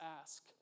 ask